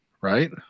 Right